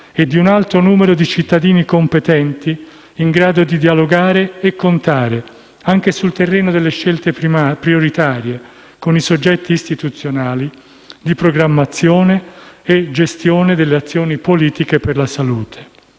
e di un alto numero di cittadini competenti in grado di dialogare e contare - anche sul terreno delle scelte prioritarie - con i soggetti istituzionali di programmazione e gestione delle azioni di politiche per la salute.